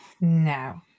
No